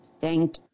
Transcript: Thank